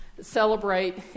celebrate